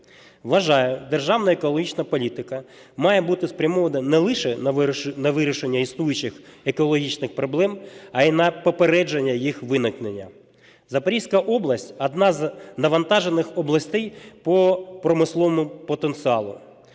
Вважаю, державна екологічна політика має бути спрямована не лише на вирішення існуючих екологічних проблем, а й на попередження їх виникнення. Запорізька область - одна з навантажених областей по промисловому потенціалу,